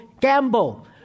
gamble